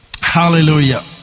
Hallelujah